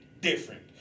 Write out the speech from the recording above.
Different